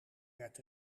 werd